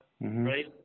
right